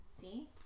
See